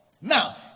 Now